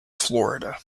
florida